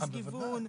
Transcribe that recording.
להכניס גיוון.